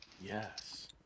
Yes